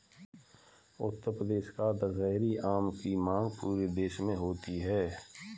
उत्तर प्रदेश का दशहरी आम की मांग पूरे देश में होती है